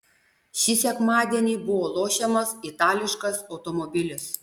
šį sekmadienį buvo lošiamas itališkas automobilis